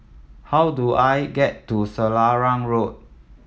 how do I get to Selarang Road